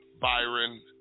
Byron